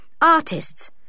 Artists